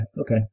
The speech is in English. Okay